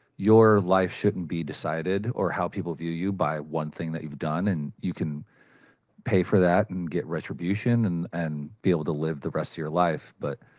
your life shouldn't be decided or how people view you, by one thing that you've done. and you can pay for that and get retribution. and and be able to live the rest of your life. but,